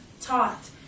taught